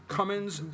Cummins